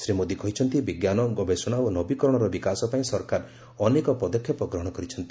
ଶ୍ରୀ ମୋଦି କହିଛନ୍ତି ବିଜ୍ଞାନ ଗବେଷଣା ଓ ନବୀକରଣର ବିକାଶ ପାଇଁ ସରକାର ଅନେକ ପଦକ୍ଷେପ ଗ୍ରହଣ କରିଛନ୍ତି